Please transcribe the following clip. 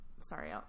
Sorry